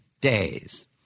days